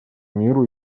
миру